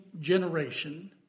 generation